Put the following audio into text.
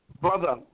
Brother